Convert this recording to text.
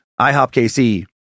IHOPKC